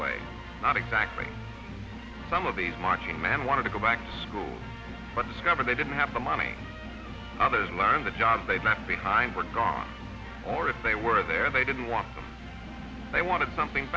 way not exactly some of these marching man wanted to go back to school but discovered they didn't have the money others learned the jobs they left behind were gone or if they were there they didn't want them they wanted something